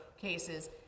cases